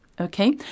Okay